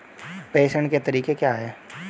प्रेषण के तरीके क्या हैं?